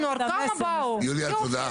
ראשי הוועדים רצו להגיע הנה.